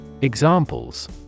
Examples